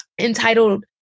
entitled